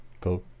go